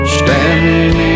standing